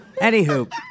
Anywho